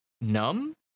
numb